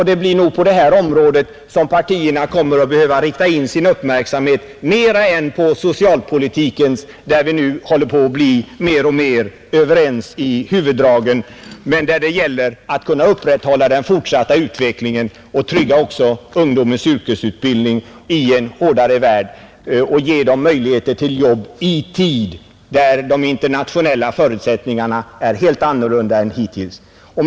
Det blir nog på det här området som partierna kommer att behöva rikta in sin uppmärksamhet mera än på socialpolitikens, där vi nu håller på att bli mer och mer överens i huvuddragen men där det gäller att kunna fortsätta utvecklingen. Vi måste trygga ungdomens yrkesutbildning i en hårdare värld och ge den möjligheter till jobb i en tid när de internationella förutsättningarna blir helt annorlunda än hittills.